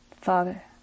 Father